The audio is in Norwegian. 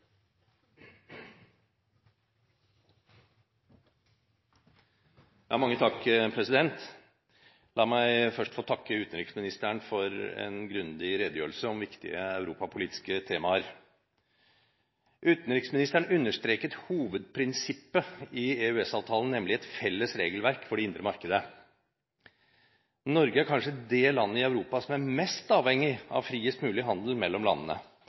La meg først få takke utenriksministeren for en grundig redegjørelse om viktige europapolitiske temaer. Utenriksministeren understreket hovedprinsippet i EØS-avtalen, nemlig et felles regelverk for det indre markedet. Norge er kanskje det landet i Europa som er mest avhengig av friest mulig handel mellom landene.